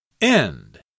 End